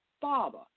Father